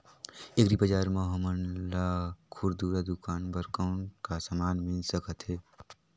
Agri बजार म हमन ला खुरदुरा दुकान बर कौन का समान मिल सकत हे?